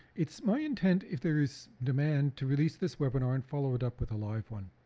it's my intent, if there is demand, to release this webinar and follow it up with a live one.